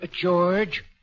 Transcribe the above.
George